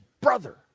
brother